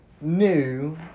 new